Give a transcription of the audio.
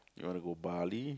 you wanna go Bali